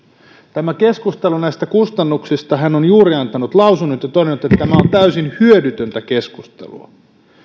tästä keskustelusta näistä kustannuksista hän on juuri antanut lausunnon ja todennut että tämä on täysin hyödytöntä keskustelua